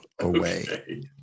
away